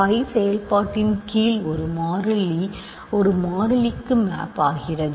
Phi செயல்பாட்டின் கீழ் ஒரு மாறிலி மாறிலிக்கு மேப் ஆகிறது